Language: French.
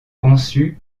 conçue